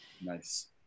Nice